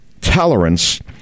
tolerance